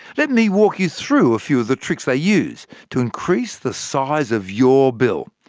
let me walk you through a few of the tricks they use to increase the size of your bill.